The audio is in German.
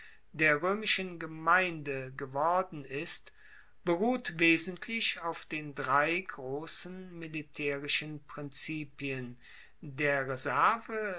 der roemischen gemeinde geworden ist beruht wesentlich auf den drei grossen militaerischen prinzipien der reserve